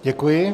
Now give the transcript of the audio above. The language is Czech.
Děkuji.